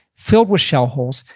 filled with shell holes.